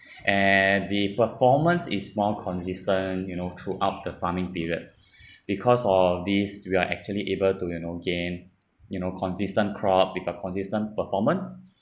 and the performance is more consistent you know throughout the farming period because of this we are actually able to you know gain you know consistent crop with a consistent performance